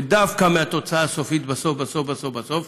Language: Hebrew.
ודווקא מהתוצאה הסופית, בסוף בסוף בסוף בסוף,